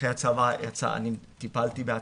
אחרי הצבא טיפלתי בעצמי,